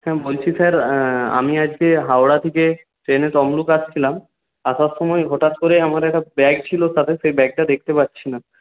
হ্যাঁ বলছি স্যার আমি আজকে হাওড়া থেকে ট্রেনে তমলুক আসছিলাম আসার সময় হঠাৎ করে আমার একটা ব্যাগ ছিলো তাতে সেই ব্যাগটা দেখতে পাচ্ছি না